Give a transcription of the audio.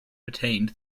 retained